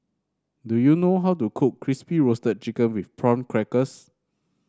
do you know how to cook Crispy Roasted Chicken with Prawn Crackers